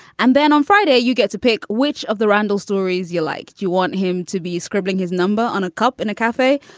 and then on friday, you get to pick which of the random stories you like. you want him to be scribbling his number on a cup in a cafe.